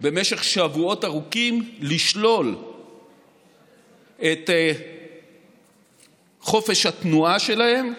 במשך שבועות ארוכים, לשלול את חופש התנועה שלהם,